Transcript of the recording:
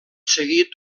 seguit